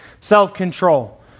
self-control